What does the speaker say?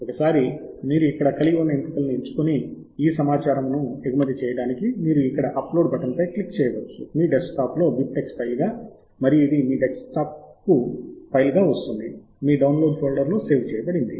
ఒకసారి మీరు ఇక్కడ కలిగి ఉన్న ఎంపికలను ఎంచుకుని ఈ సమాచారమును ఎగుమతి చేయడానికి మీరు ఇక్కడ అప్ లోడ్ బటన్ పై క్లిక్ చేయవచ్చు మీ డెస్క్టాప్లో బిబ్టెక్స్ ఫైల్గా మరియు ఇది మీ డెస్క్టాప్కు ఫైల్గా వస్తుంది మీ డౌన్లోడ్ ఫోల్డర్లో సేవ్ చేయబడింది